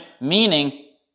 meaning